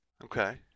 okay